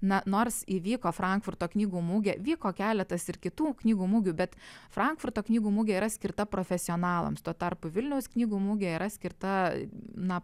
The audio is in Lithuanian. na nors įvyko frankfurto knygų mugė vyko keletas ir kitų knygų mugių bet frankfurto knygų mugė yra skirta profesionalams tuo tarpu vilniaus knygų mugė yra skirta na